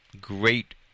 Great